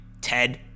Ted